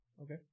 Okay